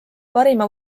parima